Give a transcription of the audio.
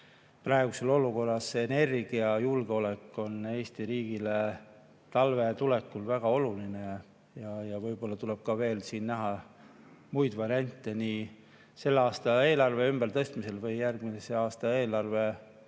praeguses olukorras energiajulgeolek on Eesti riigile talve tulekul väga oluline. Võib-olla tuleb ka veel siin näha muid variante nii selle aasta eelarve ümbertõstmisel kui ka järgmise aasta eelarve